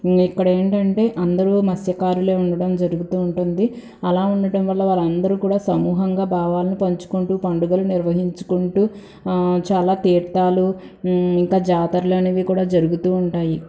ఇక్కడ ఏంటంటే అందరూ మత్స్యకారులు ఉండటం జరుగుతూ ఉంటుంది అలా ఉండటం వల్ల వాళ్ళందరూ కూడా సమూహంగా భావాలను పంచుకుంటూ పండుగలు నిర్వహించుకుంటూ చాలా తీర్థాలు ఇంకా జాతరలనేవి కూడా జరుగుతూ ఉంటాయి